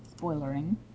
spoilering